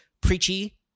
preachy